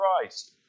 Christ